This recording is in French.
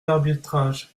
arbitrages